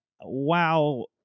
wow